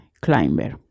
climber